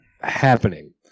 happening